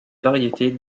variétés